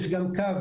והם כולם